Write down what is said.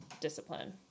discipline